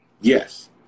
Yes